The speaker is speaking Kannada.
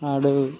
ಹಾಡು